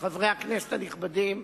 חברי הכנסת הנכבדים,